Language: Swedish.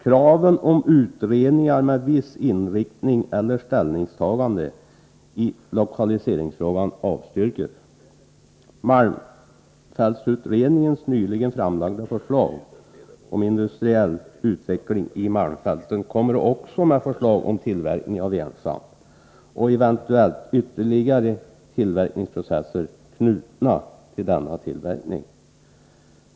Kraven på utredningar med viss inriktning eller ställningstagande i lokaliseringsfrågan avstyrks. Malmfältsutredningens nyligen framlagda förslag om industriell utveckling i malmfälten lägger också fram förslag om tillverkning av järnsvamp och eventuellt ytterligare tillverkningsprocesser knutna till denna tillverkning.